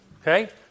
Okay